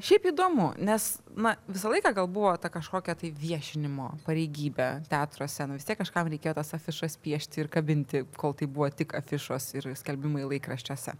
šiaip įdomu nes na visą laiką buvo ta kažkokia tai viešinimo pareigybė teatro scenoj vis tiek kažkam reikėjo tas afišas piešti ir kabinti kol tai buvo tik afišos ir skelbimai laikraščiuose